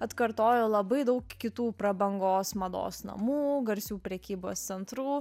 atkartojo labai daug kitų prabangos mados namų garsių prekybos centrų